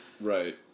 Right